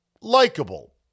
likable